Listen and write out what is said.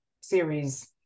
series